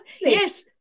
Yes